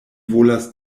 volas